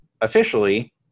officially